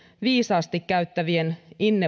viisaasti käyttävien